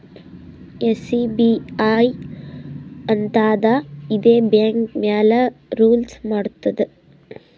SEBI ಅಂತ್ ಅದಾ ಇದೇ ಬ್ಯಾಂಕ್ ಮ್ಯಾಲ ರೂಲ್ಸ್ ಮಾಡ್ತುದ್